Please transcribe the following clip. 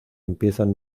empiezan